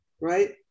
right